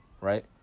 right